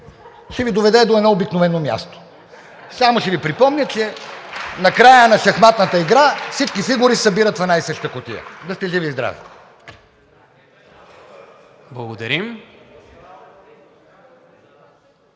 ще Ви доведе до едно обикновено място. Само ще Ви припомня, че накрая на шахматната игра всички фигури се събират в една и съща кутия. Да сте живи и здрави! (Смях и